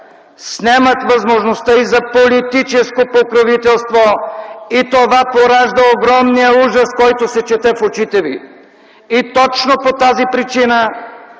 снемат възможността и за политическо покровителство и това поражда огромния ужас, който се чете в очите Ви. Точно по тази причина